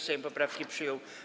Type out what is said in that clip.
Sejm poprawki przyjął.